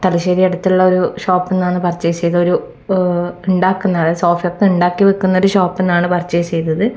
തലശ്ശേരി അടുത്തുള്ള ഒരു ഷോപ്പിൽ നിന്നാണ് പർച്ചേസ് ചെയ്തത് ഒരു ഉണ്ടാക്കുന്ന അതായത് സോഫയൊക്കെ ഉണ്ടാക്കി വിൽക്കുന്നൊരു ഷോപ്പിൽ നിന്നാണ് പർച്ചേസ് ചെയ്തത്